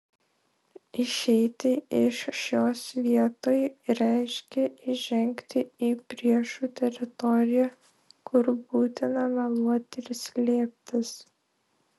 išeiti iš šios vietoj reiškė įžengti į priešų teritoriją kur būtina meluoti ir slėptis